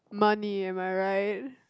money am I right